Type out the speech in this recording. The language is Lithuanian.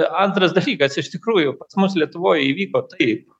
antras dalykas iš tikrųjų pas mus lietuvoj įvyko taip